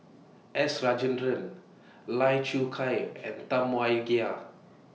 S Rajendran Lai Choo Chai and Tam Wai Jia